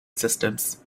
systems